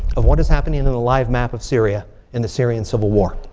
of what is happening in in a live map of syria in the syrian civil war.